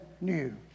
new